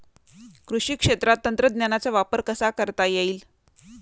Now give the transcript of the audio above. कृषी क्षेत्रात तंत्रज्ञानाचा वापर कसा करता येईल?